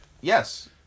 Yes